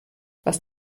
was